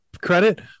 credit